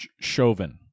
Chauvin